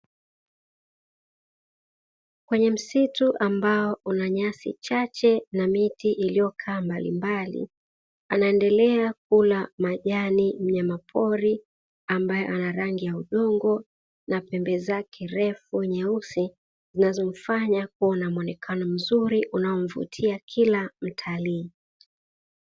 Kwenye msitu ambao una nyasi chache na miti iliyokaa mbalimbali anaendelea kula majani mnyama pori ambaye ana rangi ya udongo na pembe zake refu nyeusi zinazomfanya kuwa na mwonekano mzuri unaomvutia kila mtaali.